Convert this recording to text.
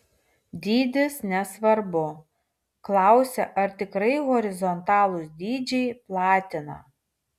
dydis nesvarbu klausia ar tikrai horizontalūs dryžiai platina